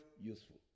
useful